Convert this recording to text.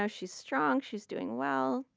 ah she's strong, she's doing well,